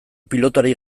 pilotari